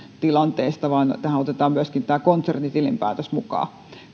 tilanteesta vaan otetaan myöskin konsernitilinpäätös mukaan